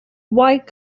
white